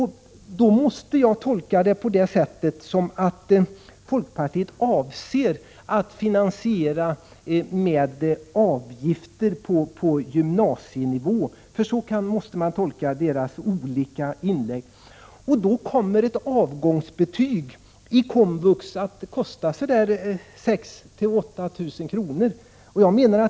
Jag måste därför tolka folkpartiets olika inlägg så att man avser att finansiera med avgifter på gymnasienivå. Då kommer ett avgångsbetyg i komvux att kosta 6 000 —8 000 kr.